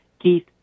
Keith